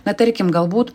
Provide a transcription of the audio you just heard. na tarkim galbūt